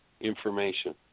information